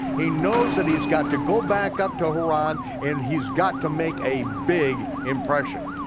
he knows that he's got to go back up to haran, and he's got to make a big impression.